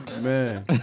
man